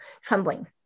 trembling